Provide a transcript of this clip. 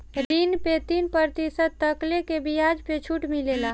ऋण पे तीन प्रतिशत तकले के बियाज पे छुट मिलेला